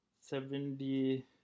seventy